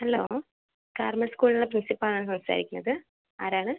hello Carmel സ്കൂളിലെ principal ആണ് സംസാരിക്കുന്നത് ആരാണ്